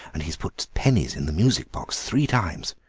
and he has put pennies in the music box three times,